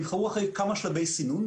נבחרו אחרי כמה שלבי סינון,